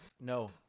No